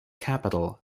capital